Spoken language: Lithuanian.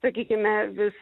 sakykime vis